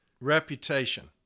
reputation